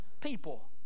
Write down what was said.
people